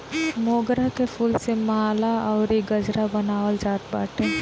मोगरा के फूल से माला अउरी गजरा बनावल जात बाटे